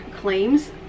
claims